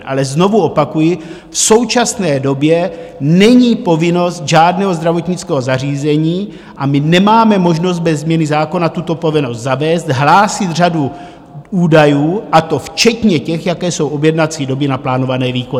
Ale znovu opakuji, v současné době není povinnost žádného zdravotnického zařízení, a my nemáme možnost bez změny zákona tuto povinnost zavést, hlásit řadu údajů, a to včetně těch, jaké jsou objednací doby na plánované výkony.